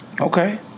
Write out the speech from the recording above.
Okay